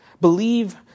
Believe